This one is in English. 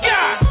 God